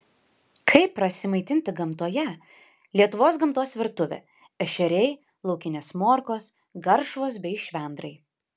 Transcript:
kaip prasimaitinti gamtoje lietuvos gamtos virtuvė ešeriai laukinės morkos garšvos bei švendrai